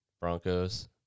Broncos